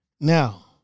now